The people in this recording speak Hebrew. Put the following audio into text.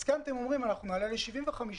אז כאן אתם אומרים: נעלה ל-75%,